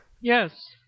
Yes